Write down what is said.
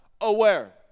aware